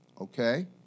Okay